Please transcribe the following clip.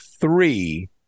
three